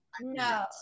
No